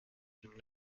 une